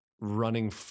running